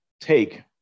take